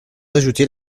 d’ajouter